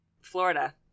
Florida